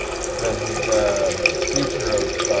the yeah future of,